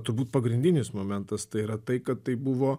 turbūt pagrindinis momentas tai yra tai kad tai buvo